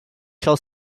shall